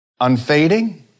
Unfading